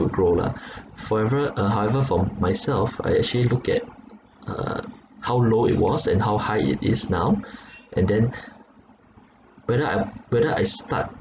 grow lah forever uh however for myself I actually look at uh how low it was and how high it is now and then whether I whether I start